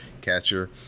catcher